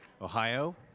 Ohio